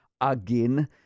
again